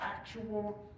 actual